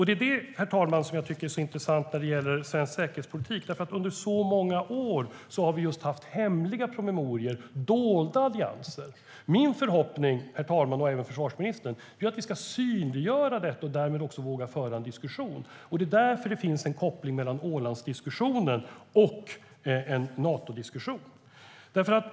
Det är det, herr talman, som jag tycker är så intressant när det gäller svensk säkerhetspolitik. Under så många år har vi haft just hemliga promemorior och dolda allianser. Min förhoppning, herr talman och även försvarsministern, är att vi ska synliggöra detta och därmed också våga föra en diskussion. Det är därför det finns en koppling mellan Ålandsdiskussionen och en Natodiskussion.